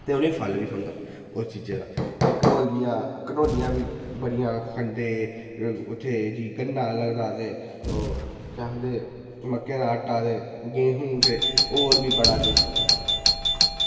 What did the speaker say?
ते उनेंगी फल बी थ्होंदा उस चीज़ै दा ते कंढोलियां बी कंढोलियां बी बड़ियां खंदे ते उत्थें जी गन्ना लगदा ते केह् आखदे मक्कें दा आटा ते गेहूं ते होर बी बड़ा किश